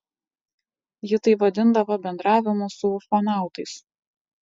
ji tai vadindavo bendravimu su ufonautais